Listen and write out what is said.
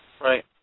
Right